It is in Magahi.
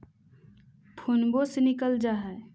फोनवो से निकल जा है?